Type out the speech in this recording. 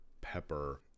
pepper